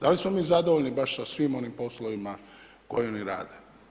Da li smo mi zadovoljni baš sa svim onim poslovima koje oni rade?